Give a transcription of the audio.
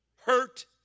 hurt